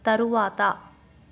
తరువాత